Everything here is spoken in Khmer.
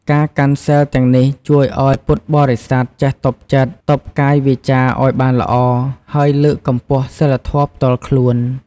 ការកាន់សីលទាំងនេះជួយឱ្យពុទ្ធបរិស័ទចេះទប់ចិត្ត ទប់កាយវាចាឱ្យបានល្អ ហើយលើកកម្ពស់សីលធម៌ផ្ទាល់ខ្លួន។